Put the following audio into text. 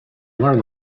learn